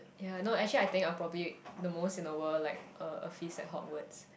ya no actually I think I'll probably the most in the world like uh a feast at Hogwarts